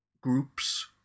groups